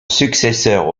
successeur